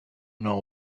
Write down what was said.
know